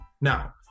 now